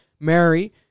mary